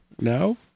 no